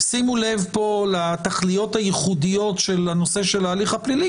שימו לב פה לתכליות הייחודיות של הנושא של ההליך הפלילי,